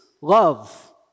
love